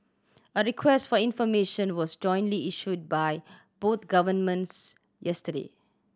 a request for information was jointly issued by both governments yesterday